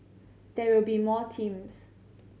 there will be more teams